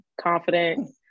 Confident